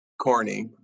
corny